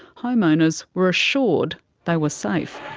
homeowners were assured they were safe.